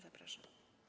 Zapraszam.